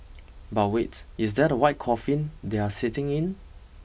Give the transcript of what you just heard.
but wait is that a white coffin they are sitting in